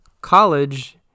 college